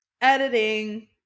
editing